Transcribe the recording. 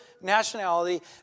nationality